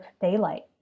daylight